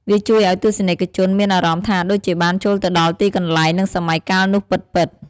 វាជួយឱ្យទស្សនិកជនមានអារម្មណ៍ថាដូចជាបានចូលទៅដល់ទីកន្លែង និងសម័យកាលនោះពិតៗ។